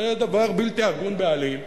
זה דבר בלתי הגון בעליל,